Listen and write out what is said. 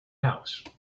house